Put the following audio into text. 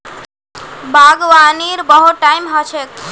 बागवानीर बहुत टाइप ह छेक